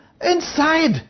inside